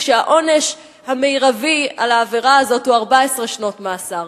כשהעונש המרבי על העבירה הזאת הוא 14 שנות מאסר?